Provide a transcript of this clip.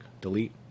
delete